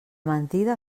mentida